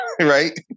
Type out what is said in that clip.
right